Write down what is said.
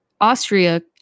Austria